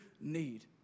need